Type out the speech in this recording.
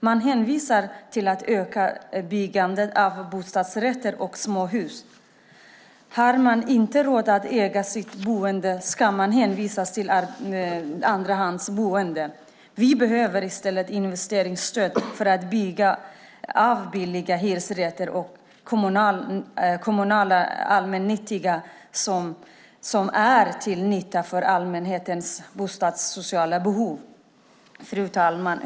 Man hänvisar till att öka byggandet av bostadsrätter och småhus. Har man inte råd att äga sitt boende hänvisas man till andrahandsboende. Vi behöver i stället investeringsstöd för att bygga billiga hyresrätter, kommunala allmännyttiga, som är till nytta för allmänheten med tanke på de bostadssociala behoven. Fru talman!